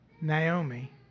Naomi